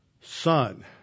son